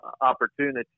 opportunity